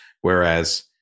whereas